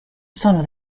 sono